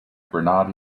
granada